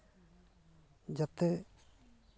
ᱡᱟᱛᱮ